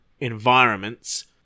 environments